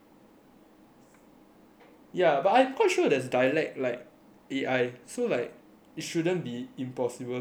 ya but I'm quite sure there's a dialect A_I so like it shouldn't be impossible to make a singlish A_I as well